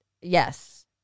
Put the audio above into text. Yes